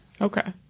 Okay